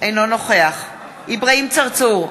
אינו נוכח אברהים צרצור,